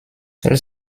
elles